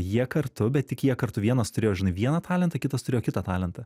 jie kartu bet tik jie kartu vienas turėjo vieną talentą kitas turėjo kitą talentą